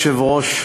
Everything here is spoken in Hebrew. אדוני היושב-ראש,